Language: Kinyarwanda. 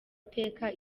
iteka